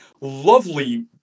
lovely